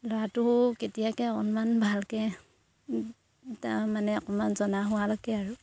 ল'ৰাটো কেতিয়াকে অকণমান ভালকে তাৰ মানে অকণমান জনা হোৱালৈকে আৰু